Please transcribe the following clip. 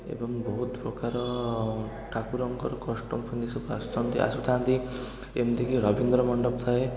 ଏବଂ ବହୁତ ପ୍ରକାର ଠାକୁରଙ୍କର ଆସୁଥାନ୍ତି ଏମିତି କି ରବିନ୍ଦ୍ର ମଣ୍ଡପ ଥାଏ